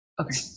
Okay